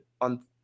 on